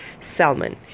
salmon